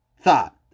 thought